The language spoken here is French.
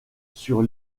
sur